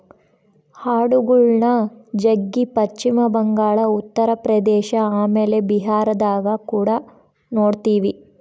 ಆಡುಗಳ್ನ ಜಗ್ಗಿ ಪಶ್ಚಿಮ ಬಂಗಾಳ, ಉತ್ತರ ಪ್ರದೇಶ ಆಮೇಲೆ ಬಿಹಾರದಗ ಕುಡ ನೊಡ್ತಿವಿ